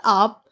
up